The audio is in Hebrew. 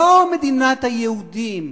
לא מדינת היהודים.